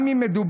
גם אם מדובר,